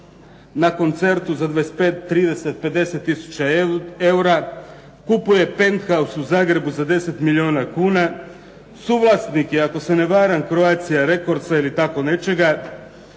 na koncertu za 25, 30, 50 tisuća eura, kupuje Penthouse u Zagrebu za 10 milijuna kuna, suvlasnik je ako se ne varam Croatia Recordsa ili tako nečega,